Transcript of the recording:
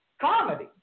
comedy